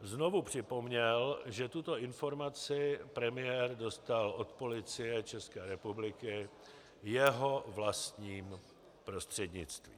Znovu připomněl, že tuto informaci premiér dostal od Policie České republiky jeho vlastním prostřednictvím.